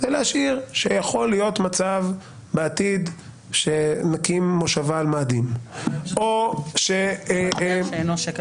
יכול להיות בעתיד מצב שנקים מושבה על מאדים או מטבע